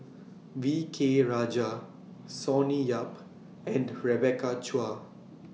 V K Rajah Sonny Yap and Rebecca Chua